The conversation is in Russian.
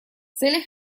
целях